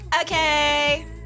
Okay